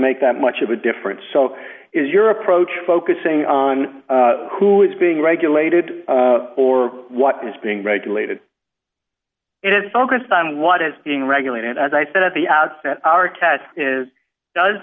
make that much of a difference so is your approach focusing on who is being regulated or what is being regulated it is focused on what is being regulated as i said at the outset our test is does